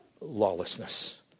lawlessness